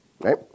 Right